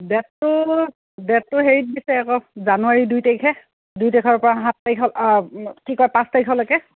ডেটটো ডেটটো হেৰিত দিছে আকৌ জানুৱাৰী দুই তাৰিখে দুই তাৰিখৰ পৰা সাত তাৰিখ অঁ কি কয় পাঁচ তাৰিখলৈকে